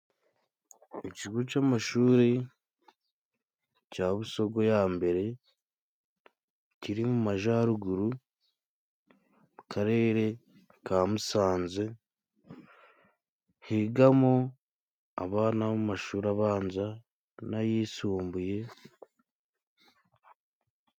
Icigo c'amashuri ca busogo ya mbere kiri mu majaruguru mu karere ka musanze, higamo abana b'amashuri abanza n'ayisumbuye.